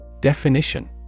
Definition